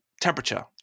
temperature